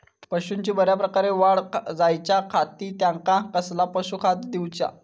पशूंची बऱ्या प्रकारे वाढ जायच्या खाती त्यांका कसला पशुखाद्य दिऊचा?